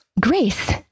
Grace